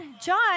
John